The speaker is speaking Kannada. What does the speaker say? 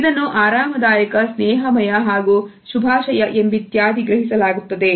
ಇದನ್ನು ಆರಾಮದಾಯಕ ಸ್ನೇಹಮಯ ಹಾಗೂ ಶುಭಾಶಯ ಎಂಬಿತ್ಯಾದಿಯಾಗಿ ಗ್ರಹಿಸಲಾಗುತ್ತದೆ